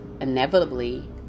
inevitably